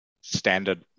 standard